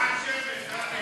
הצבעה שמית.